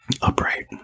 Upright